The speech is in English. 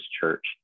church